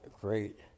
Great